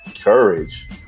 courage